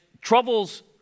troubles